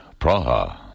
Praha